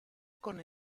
con